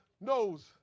knows